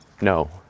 No